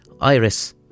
Iris